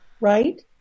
right